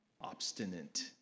obstinate